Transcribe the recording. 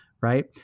right